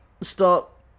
stop